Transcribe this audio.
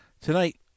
tonight